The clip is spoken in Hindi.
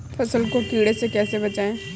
फसल को कीड़े से कैसे बचाएँ?